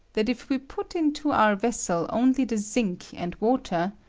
that if we put into our vessel only the zinc and water,